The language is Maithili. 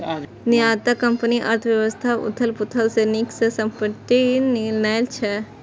निर्यातक कंपनी अर्थव्यवस्थाक उथल पुथल सं नीक सं निपटि लै छै